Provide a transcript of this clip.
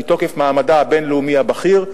מתוקף מעמדה הבין-לאומי הבכיר,